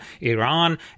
Iran